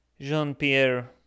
Jean-Pierre